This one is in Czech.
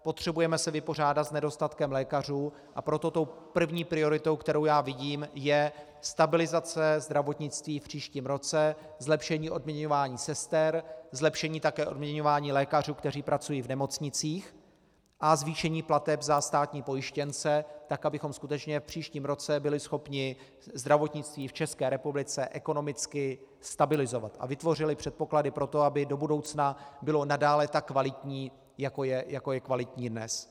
Potřebujeme se vypořádat s nedostatkem lékařů, a proto první prioritou, kterou vidím, je stabilizace zdravotnictví v příštím roce, zlepšení odměňování sester, zlepšení také odměňování lékařů, kteří pracují v nemocnicích, a zvýšení plateb za státní pojištěnce tak, abychom skutečně v příštím roce byli schopni zdravotnictví v České republice ekonomicky stabilizovat a vytvořili předpoklady pro to, aby do budoucna bylo nadále tak kvalitní, jako je kvalitní dnes.